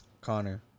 Connor